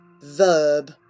Verb